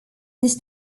this